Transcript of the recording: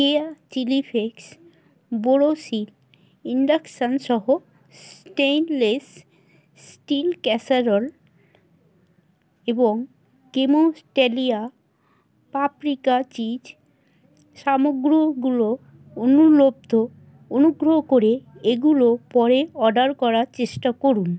কেয়া chilli flakes Borosil induction সহ stainless steel casserole এবং কেমোটেলিয়া পাপরিকা চিজ সামগ্রীগুলো অনুপলব্ধ অনুগ্রহ করে এগুলো পরে অর্ডার করার চেষ্টা করুন